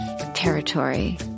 territory